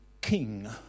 king